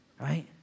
Right